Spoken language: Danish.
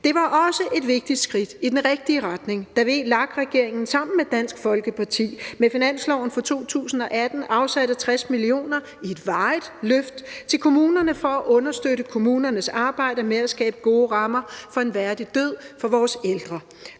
Det var også et vigtig skridt i den rigtige retning, da VLAK- regeringen sammen med Dansk Folkeparti med finansloven for 2018 afsatte 60 mio. kr. til et varigt løft til kommunerne for at understøtte kommunernes arbejde med at skabe gode rammer for en værdig død for vores ældre.